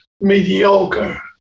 mediocre